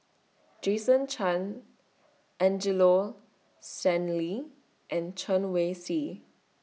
Jason Chan Angelo Sanelli and Chen Wen Hsi